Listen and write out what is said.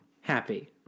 happy